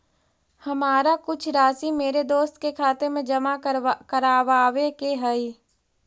हमारा कुछ राशि मेरे दोस्त के खाते में जमा करावावे के हई